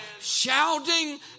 shouting